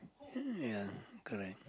ya correct